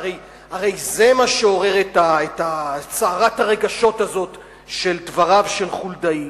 והרי זה מה שעורר את סערת הרגשות הזאת של דבריו של חולדאי.